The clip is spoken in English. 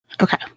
okay